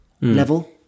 level